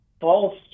false